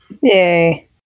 Yay